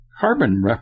carbon